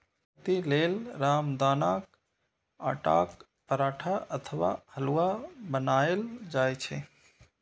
व्रती लेल रामदानाक आटाक पराठा अथवा हलुआ बनाएल जाइ छै